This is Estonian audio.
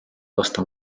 vastu